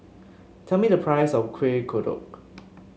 tell me the price of Kuih Kodok